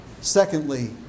secondly